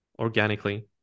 organically